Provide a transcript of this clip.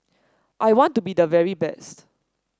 I want to be the very best